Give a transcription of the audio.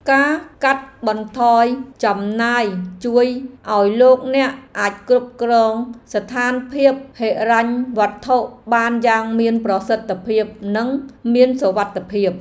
ការកាត់បន្ថយចំណាយជួយឱ្យលោកអ្នកអាចគ្រប់គ្រងស្ថានភាពហិរញ្ញវត្ថុបានយ៉ាងមានប្រសិទ្ធភាពនិងមានសុវត្ថិភាព។